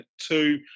two